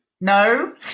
no